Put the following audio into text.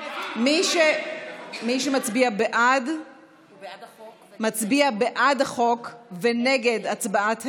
מי שמצביע בעד מצביע בעד החוק ונגד הצעת האי-אמון.